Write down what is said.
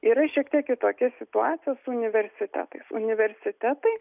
yra šiek tiek kitokia situacija su universitetais universitetai